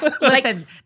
listen